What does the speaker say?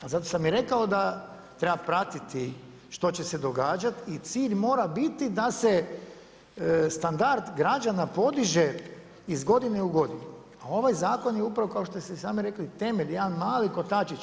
A zato sam i rekao da treba pratiti što će se događati i cilj mora biti da se standard građana podiže iz godine u godinu a ovaj zakon je upravo kao što ste i sami rekli temelj, jedan mali kotačić.